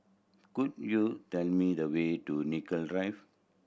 could you tell me the way to Nicoll Drive